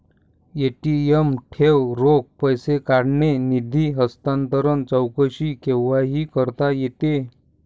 ATM ठेव, रोख पैसे काढणे, निधी हस्तांतरण, चौकशी केव्हाही करता येते